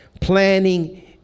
planning